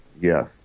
Yes